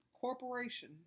Corporation